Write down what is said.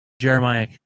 Jeremiah